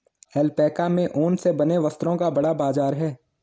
alpaca के ऊन से बने वस्त्रों का बड़ा बाजार है